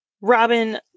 Robin